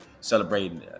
celebrating